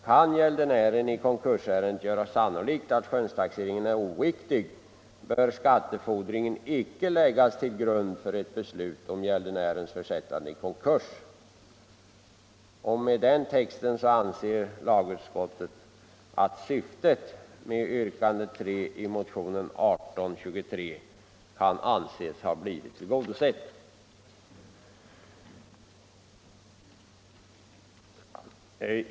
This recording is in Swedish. Kan gäldenären i konkursärendet göra sannolikt att skönstaxeringen är oriktig bör skattefordringen inte läggas till grund för ett beslut om gäldenärens försättande i konkurs.” Med denna skrivning, framhåller lagutskottet, får syftet med yrkandet 3 i motionen 1823 anses ha blivit tillgodosett.